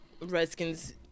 Redskins